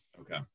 Okay